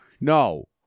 no